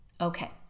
Okay